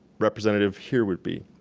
representative here would be.